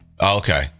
Okay